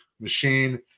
machine